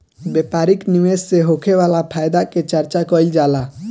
व्यापारिक निवेश से होखे वाला फायदा के चर्चा कईल जाला